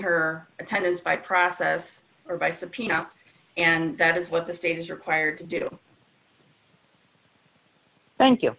her attendance by process or by subpoena and that is what the state is or prior to do thank you